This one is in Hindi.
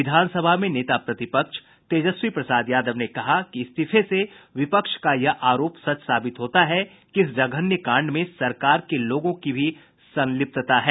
विधानसभा में नेता प्रतिपक्ष तेजस्वी प्रसाद यादव ने कहा कि इस्तीफे से विपक्ष का यह आरोप सच साबित होता है कि इस जघन्य कांड में सरकार के लोगों की भी संलिप्तता है